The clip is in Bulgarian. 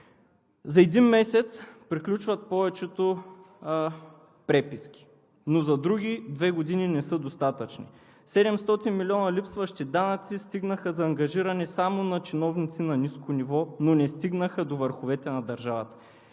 За един месец приключват повечето преписки, но за други две години не са достатъчни. 700 милиона от липсващи данъци стигнаха само за ангажиране на чиновниците на ниско ниво, но не стигнаха до върховете на държавата.